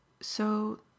So